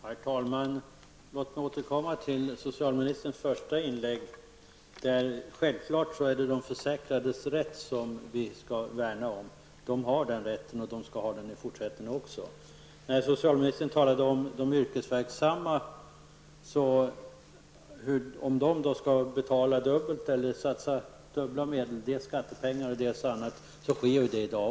Herr talman! Låt mig återkomma till socialministerns första inlägg. Självfallet är det de försäkrades rätt som vi skall värna om. De har den rätten, och de skall ha den i fortsättningen också. Socialministern talade om de yrkesverksamma och om de skall betala dubbelt så mycket pengar, dels skattepengar och dels andra avgifter. Så sker ju i dag.